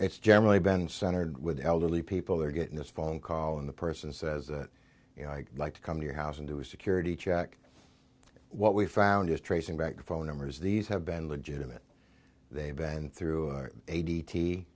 it's generally been centered with elderly people they're getting this phone call in the person says you know i'd like to come to your house and do a security check what we found is tracing back the phone numbers these have been legitimate they've been through a d t